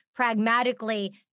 Pragmatically